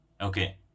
okay